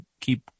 keep